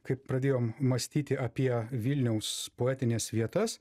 kai pradėjom mąstyti apie vilniaus poetines vietas